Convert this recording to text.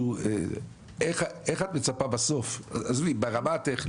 איך את מצפה בסוף ברמה הטכנית?